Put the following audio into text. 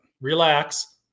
Relax